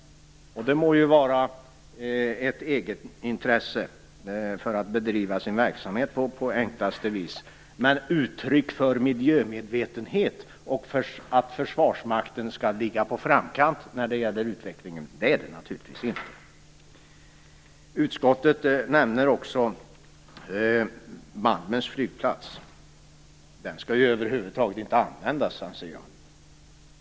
Det må vara ett egenintresse att bedriva sin verksamhet på enklaste vis, men något uttryck för miljömedvetenhet och för att Försvarsmakten skall ligga på framkant när det gäller utvecklingen är det naturligtvis inte. Utskottet nämner också Malmens flygplats. Den skall över huvud taget inte användas, anser jag.